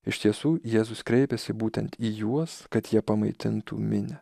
iš tiesų jėzus kreipiasi būtent į juos kad jie pamaitintų minią